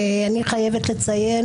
אני חייבת לציין,